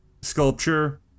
sculpture